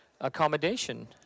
accommodation